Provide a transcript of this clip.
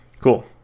cool